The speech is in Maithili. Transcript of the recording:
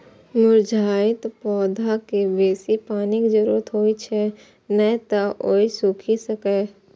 मुरझाइत पौधाकें बेसी पानिक जरूरत होइ छै, नै तं ओ सूखि सकैए